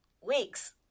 weeks